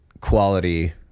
quality